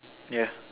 ya